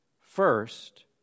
First